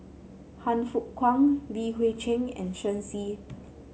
Han Fook Kwang Li Hui Cheng and Shen Xi